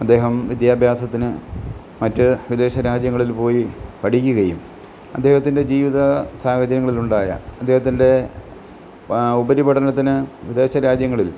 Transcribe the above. അദ്ദേഹം വിദ്യാഭ്യാസത്തിന് മറ്റ് വിദേശ രാജ്യങ്ങളിൽ പോയി പഠിക്കുകയും അദ്ദേഹത്തിൻ്റെ ജീവിത സാഹചര്യങ്ങളിലുണ്ടായ അദ്ദേഹത്തിൻ്റെ ഉപരിപഠനത്തിന് വിദേശരാജ്യങ്ങളിൽ